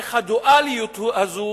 איך הדואליות הזאת,